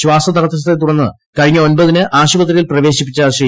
ശാസതടസ്സത്തെ തുടർന്ന് കഴിഞ്ഞ ഒമ്പതിന് ആശുപത്രിയിൽ പ്രവേശിപ്പിച്ച ശ്രീ